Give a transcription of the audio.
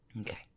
Okay